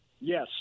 Yes